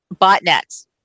botnets